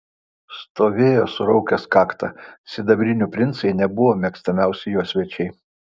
stovėjo suraukęs kaktą sidabrinių princai nebuvo mėgstamiausi jo svečiai